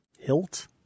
hilt